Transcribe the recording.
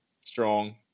Strong